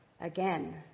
again